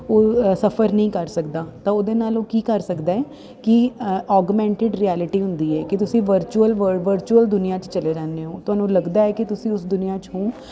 ਉਹ ਸਫਰ ਨਹੀਂ ਕਰ ਸਕਦਾ ਤਾਂ ਉਹਦੇ ਨਾਲ ਉਹ ਕੀ ਕਰ ਸਕਦਾ ਕਿ ਓਗਮੈਂਟਿਡ ਰਿਐਲਿਟੀ ਹੁੰਦੀ ਹੈ ਕਿ ਤੁਸੀਂ ਵਰਚੁਅਲ ਵਰਲਡ ਵਰਚੁਅਲ ਦੁਨੀਆਂ 'ਚ ਚਲੇ ਜਾਂਦੇ ਹੋ ਤੁਹਾਨੂੰ ਲੱਗਦਾ ਹੈ ਕਿ ਤੁਸੀਂ ਇਸ ਦੁਨੀਆਂ 'ਚ ਹੋ